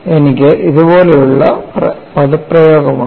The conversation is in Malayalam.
എനിക്ക് ഇതുപോലുള്ള പദപ്രയോഗമുണ്ട്